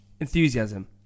enthusiasm